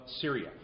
Syria